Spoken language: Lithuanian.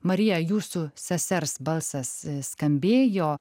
marija jūsų sesers balsas skambėjo